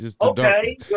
Okay